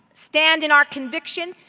stand in our conviction,